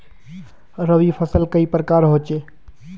रवि फसल कई प्रकार होचे?